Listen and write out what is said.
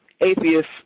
atheist